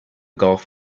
gulf